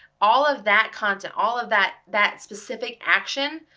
all of that content, all of that that specific action,